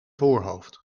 voorhoofd